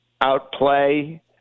outplay